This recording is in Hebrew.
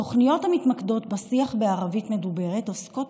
התוכניות המתמקדות בשיח בערבית מדוברת עוסקות